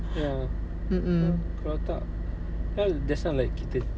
ya kalau tak it's not like kita